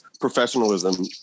professionalism